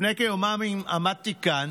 לפני כיומיים עמדתי כאן